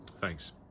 thanks